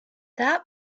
that